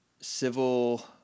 civil